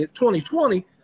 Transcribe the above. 2020